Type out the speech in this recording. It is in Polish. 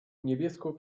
niebieską